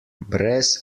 brez